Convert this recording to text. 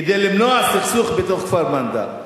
כדי למנוע סכסוך בתוך כפר-מנדא.